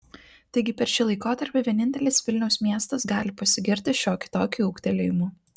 taigi per šį laikotarpį vienintelis vilniaus miestas gali pasigirti šiokiu tokiu ūgtelėjimu